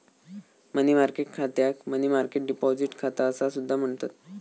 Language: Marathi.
मनी मार्केट खात्याक मनी मार्केट डिपॉझिट खाता असा सुद्धा म्हणतत